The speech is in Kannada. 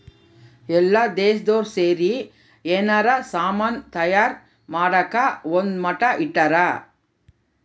ಎಲ್ಲ ದೇಶ್ದೊರ್ ಸೇರಿ ಯೆನಾರ ಸಾಮನ್ ತಯಾರ್ ಮಾಡಕ ಒಂದ್ ಮಟ್ಟ ಇಟ್ಟರ